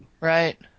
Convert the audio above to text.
Right